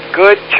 good